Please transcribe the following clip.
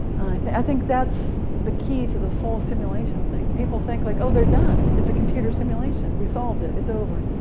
i think that's the key to this whole simulation thing. people think like, oh, they're done it's a computer simulation. we solved it. it's over.